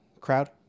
crowd